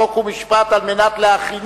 חוק ומשפט נתקבלה.